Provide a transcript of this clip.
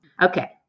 Okay